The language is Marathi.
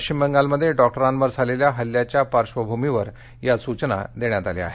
पश्चिम बंगालमध्ये डॉक्टरांवर झालेल्या हल्ल्याच्या पार्श्वभूमीवर या सुचना देण्यात आलेल्या आहेत